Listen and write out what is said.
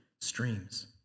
streams